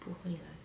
不会来